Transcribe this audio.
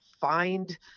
find